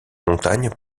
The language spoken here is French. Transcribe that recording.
montagne